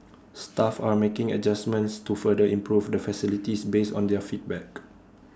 staff are making adjustments to further improve the facilities based on their feedback